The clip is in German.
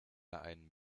einen